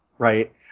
right